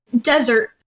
desert